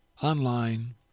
online